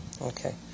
Okay